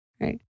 Right